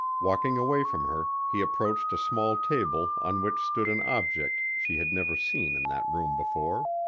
walking away from her, he approached a small table on which stood an object she had never seen in that room before.